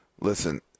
listen –